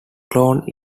colne